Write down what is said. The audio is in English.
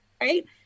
right